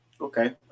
Okay